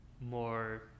more